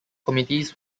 committees